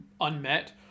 unmet